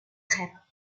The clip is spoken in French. trèves